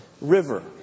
River